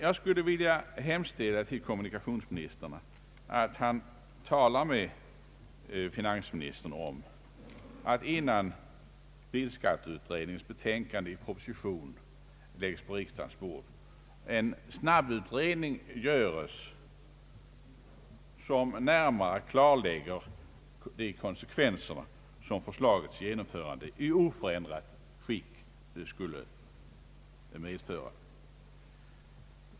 Jag skulle vilja hemställa till kommunikationsministern att han talar med finansministern om att — innan bilskatteutredningens betänkande i proposition läggs på riksdagens bord — en snabbutredning göres, som närmare klarlägger de konsekvenser som förslagets genomförande i oförändrat skick skulle medföra.